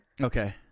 Okay